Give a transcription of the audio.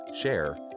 share